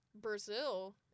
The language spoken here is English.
Brazil